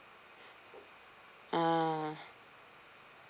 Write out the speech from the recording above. ah